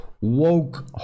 woke